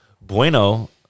Bueno